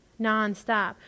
nonstop